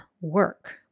work